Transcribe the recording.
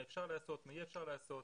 מה אפשר לעשות ומה אי אפשר לעשות,